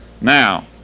Now